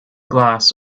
glass